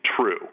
true